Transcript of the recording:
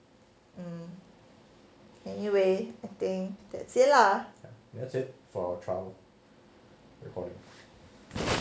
um anyway I think that's it lah